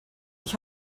ich